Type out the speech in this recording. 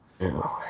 No